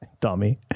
Dummy